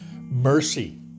mercy